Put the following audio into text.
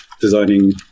designing